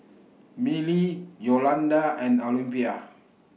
Milly Yolonda and Olympia